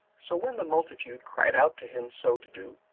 so when the multitude cried out to him so to do,